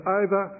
over